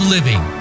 Living